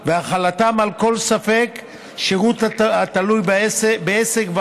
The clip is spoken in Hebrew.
והחלתם על כל ספק שירות התלוי בעסק.